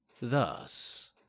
thus